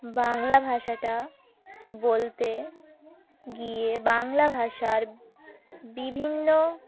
বাংলা ভাষাটা বলতে গিয়ে বাংলা ভাষার বিভিন্ন